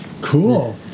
cool